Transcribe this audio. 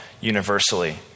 universally